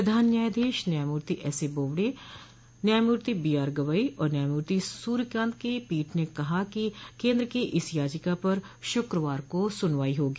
प्रधान न्यायाधीश न्यायमूर्ति एसएबोबड़े न्यायमूर्ति बीआर गवई और न्यायमूर्ति सूर्यकांत की पीठ ने कहा कि केंद्र की इस याचिका पर शुक्रवार को सुनवाई होगी